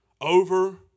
over